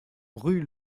rue